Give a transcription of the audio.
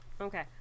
Okay